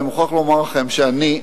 אני מוכרח לומר לכם שאני,